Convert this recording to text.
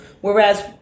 whereas